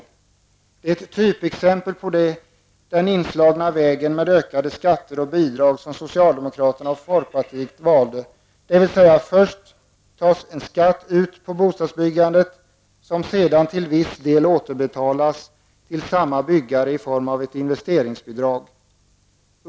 Det är ett typexempel på den inslagna vägen med ökade skatter och bidrag, som socialdemokraterna och folkpartiet valde, dvs. först tas en skatt ut på bostadsbyggandet vilken sedan till viss del återbetalas till samma byggare i form av ett investeringsbidrag.